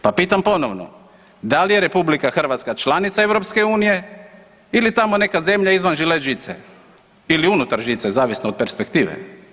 Pa pitam ponovno, da li RH članica EU ili tamo neka zemlje izvan žilet žice ili unutar žice zavisno od perspektive.